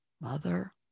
mother